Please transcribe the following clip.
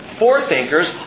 forethinkers